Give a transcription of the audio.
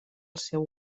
seu